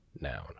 Noun